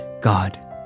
God